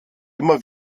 immer